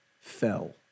fell